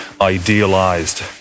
idealized